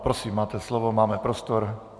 Prosím máte slovo, máme prostor.